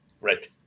Right